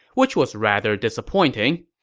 which was rather disappointing.